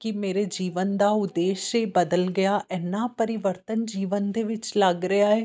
ਕਿ ਮੇਰੇ ਜੀਵਨ ਦਾ ਉਦੇਸ਼ ਏ ਬਦਲ ਗਿਆ ਇੰਨਾ ਪਰਿਵਰਤਨ ਜੀਵਨ ਦੇ ਵਿੱਚ ਲੱਗ ਰਿਹਾ ਹੈ